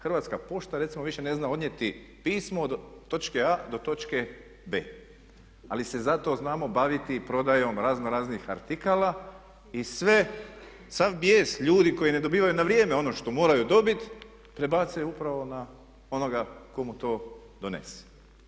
Hrvatska pošta recimo više ne zna odnijeti pismo od točke A do točke B. Ali se zato znamo baviti prodajom razno raznih artikala i sve, sav bijes ljudi koji ne dobivaju na vrijeme ono što moraju dobiti prebace upravo na onoga tko mu to donese.